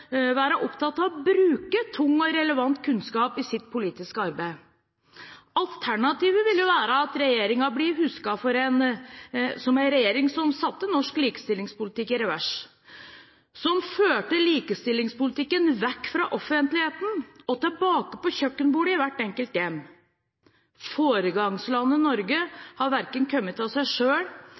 være opptatt av å bruke tung og relevant kunnskap i sitt politiske arbeid. Alternativet vil være at regjeringen blir husket som en regjering som satte norsk likestillingspolitikk i revers, og som førte likestillingspolitikken bort fra offentligheten og tilbake til kjøkkenbordet i hvert enkelt hjem. Foregangslandet Norge har verken kommet av seg